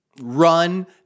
run